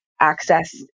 access